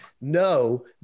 No